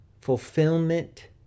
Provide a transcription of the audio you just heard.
fulfillment